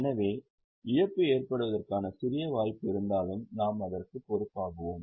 எனவே இழப்பு ஏற்படுவதற்கான சிறிய வாய்ப்பு இருந்தாலும் நாம் அதற்கு பொறுப்பாகுவோம்